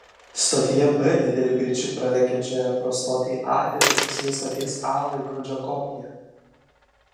stotyje b dideliu greičiu pralekiančioje pro stotį a yra tiksli stoties a laikrodžio kopija